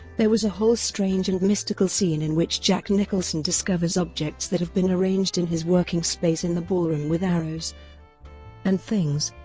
there was a whole strange and mystical scene in which jack nicholson discovers objects that have been arranged in his working space in the ballroom with arrows and things.